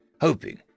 hoping